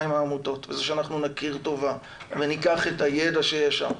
עם העמותות וזה שאנחנו נכיר טובה וניקח את הידע שיש שם,